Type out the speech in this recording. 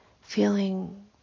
feeling